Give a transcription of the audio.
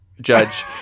judge